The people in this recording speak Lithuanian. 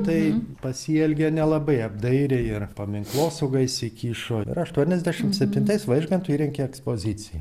tai pasielgė nelabai apdairiai ir paminklosauga įsikišo ir aštuoniasdešimt septintais vaižgantui įrengė ekspoziciją